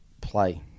Play